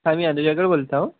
हां मी बोलता